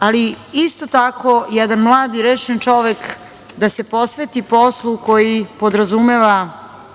ali isto tako jedan mlad i rešen čovek da se posveti poslu koji podrazumeva